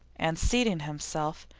and seating himself,